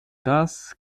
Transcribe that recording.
das